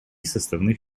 составных